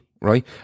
right